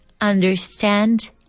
understand